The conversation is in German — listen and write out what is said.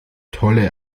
tolle